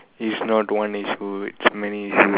is not one issue is many issue